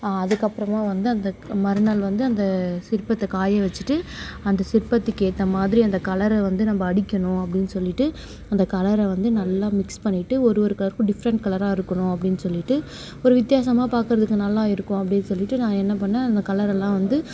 அதுக்கப்புறமா வந்து அந்த மறுநாள் வந்து அந்த சிற்பத்தை காய வச்சுட்டு அந்த சிற்பத்துக்கு ஏற்றா மாதிரி அந்த கலரை வந்து நம்ம அடிக்கணும் அப்படீனு சொல்லிவிட்டு அந்த கலரை வந்து நல்லா மிக்ஸ் பண்ணிட்டு ஒரு ஒரு கலர் டிப்ரெண்ட் கலராக இருக்கணும் அப்படீனு சொல்லிட்டு ஒரு வித்தியாசமாக பார்க்குறதுக்கு நல்லா இருக்கும் அப்படீனு சொல்லிட்டு நான் என்ன பண்ணேன் அந்த கலரெல்லாம் வந்து